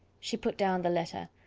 she put down the letter,